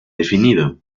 definido